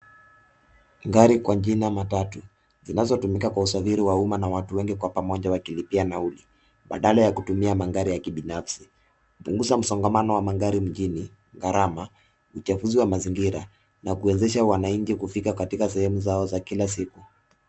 Gari kwa jina matatu zinazotumika kwa usafiri wa umma na watu wengi kwa pamoja wakilipia nauli badala ya kutumia magari ya kibinafsi, hupunguza msongamano wa magari mjini, gharama, uchafuzi wa mazingira na kuwezesha wananchi kufika katika sehemu zao za kila siku.